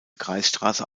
kreisstraße